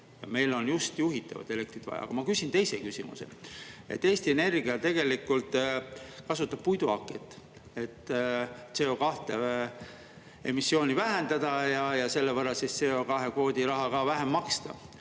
Meil on just juhitavat elektrit vaja. Aga ma küsin teise küsimuse. Eesti Energia kasutab puiduhaket, et CO2emissiooni vähendada ja selle võrra CO2kvoodi raha vähem maksta,